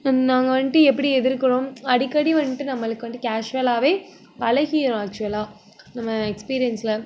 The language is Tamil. நாங்கள் வந்துட்டு எப்படி எதிர்க்கிறோம் அடிக்கடி வந்துட்டு நம்மளுக்கு வந்துட்டு கேஷுவலாவே பழகிரும் ஆக்சுவலாக நம்ம எக்ஸ்பீரியன்ஸில்